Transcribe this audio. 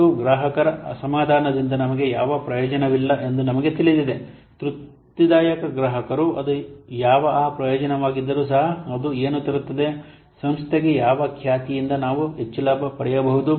ಮತ್ತು ಗ್ರಾಹಕರ ಅಸಮಾಧಾನದಿಂದ ನಮಗೆ ಯಾವ ಪ್ರಯೋಜನವಲ್ಲ ಎಂದು ನಮಗೆ ತಿಳಿದಿದೆ ತೃಪ್ತಿದಾಯಕ ಗ್ರಾಹಕರು ಅದು ಯಾವ ಅ ಪ್ರಯೋಜನವಾಗಿದ್ದರೂ ಸಹ ಅದು ಏನು ತರುತ್ತದೆ ಸಂಸ್ಥೆಗೆ ಯಾವ ಖ್ಯಾತಿಯಿಂದ ನಾವು ಹೆಚ್ಚು ಲಾಭ ಪಡೆಯಬಹುದು